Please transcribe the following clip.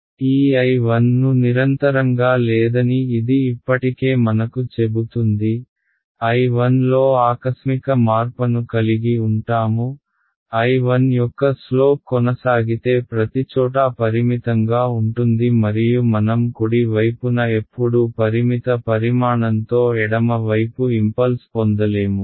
ఈ I 1 ను నిరంతరంగా లేదని ఇది ఇప్పటికే మనకు చెబుతుంది I 1 లో ఆకస్మిక మార్పను కలిగి ఉంటాము I 1 యొక్క స్లోప్ కొనసాగితే ప్రతిచోటా పరిమితంగా ఉంటుంది మరియు మనం కుడి వైపున ఎప్పుడూ పరిమిత పరిమాణంతో ఎడమ వైపు ఇంపల్స్ పొందలేము